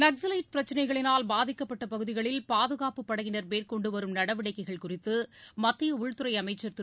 நக்ஸலைட் பிரச்னைகளினால் பாதிக்கப்பட்டபகுதிகளில் பாதுகாப்பு படையினர் மேற்கொண்டு வரும் நடவடிகைகள் குறித்து மத்திய உள்துறை அமைச்சர் திரு